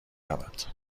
رود